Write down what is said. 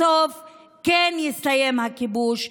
בסוף כן יסתיים הכיבוש,